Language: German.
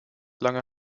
lange